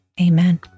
Amen